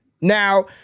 Now